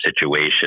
situation